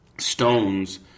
Stones